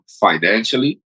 financially